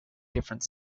different